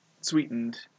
sweetened